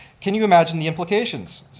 can you imagine the implications?